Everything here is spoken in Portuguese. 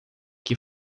que